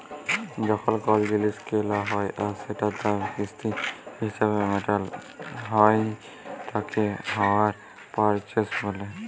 যখল কল জিলিস কেলা হ্যয় আর সেটার দাম কিস্তি হিছাবে মেটাল হ্য়য় তাকে হাইয়ার পারচেস ব্যলে